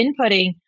inputting